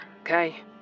okay